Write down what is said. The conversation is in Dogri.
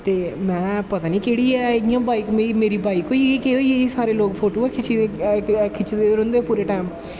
मोें महैं पता नी केह्ड़ी ऐ बाईक मेरी बाईक होई गेई केह् होई गेई सारे लोग फोटोआं खिच्चदे रौंह्दे पूरा टाईम